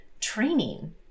training